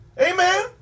amen